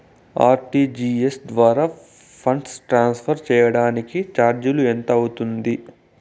RTGS ద్వారా funds transfer సేయడానికి చార్జీలు ఎంత అవుతుంది